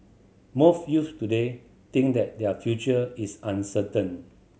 most youths today think that their future is uncertain